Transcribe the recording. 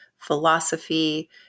philosophy